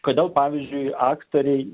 kodėl pavyzdžiui aktoriai